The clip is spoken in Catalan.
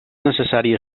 necessari